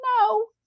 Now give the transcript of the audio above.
No